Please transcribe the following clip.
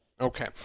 Okay